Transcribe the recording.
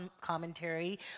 commentary